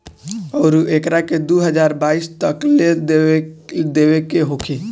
अउरु एकरा के दू हज़ार बाईस तक ले देइयो देवे के होखी